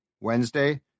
Wednesday